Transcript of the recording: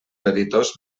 editors